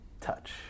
touch